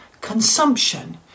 consumption